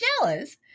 jealous